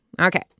Okay